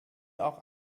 auch